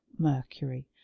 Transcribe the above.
mercury